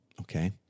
Okay